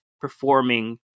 performing